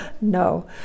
No